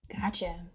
Gotcha